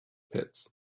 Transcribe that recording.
pits